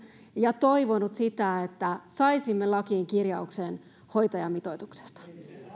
ja toivonut että saisimme lakiin kirjauksen hoitajamitoituksesta